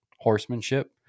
horsemanship